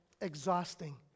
Exhausting